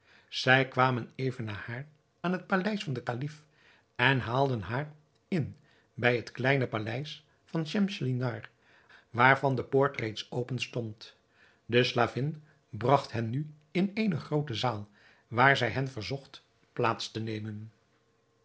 zij kwamen even na haar aan het paleis van den kalif en haalden haar in bij het kleine paleis van schemselnihar waarvan de poort reeds open stond de slavin bragt hen nu in eene groote zaal waar zij hen verzocht plaats te nemen